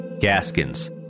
Gaskins